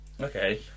Okay